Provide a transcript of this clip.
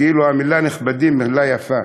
כאילו המילה "נכבדים" היא מילה יפה,